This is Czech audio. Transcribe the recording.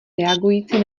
reagující